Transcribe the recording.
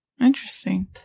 Interesting